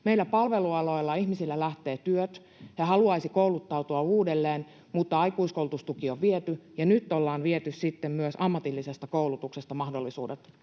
Meillä palvelualoilla ihmisiltä lähtevät työt, he haluaisivat kouluttautua uudelleen, mutta aikuiskoulutustuki on viety ja nyt ollaan viety sitten myös ammatillisesta koulutuksesta mahdollisuudet kouluttautua.